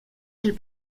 del